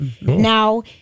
Now